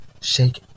shake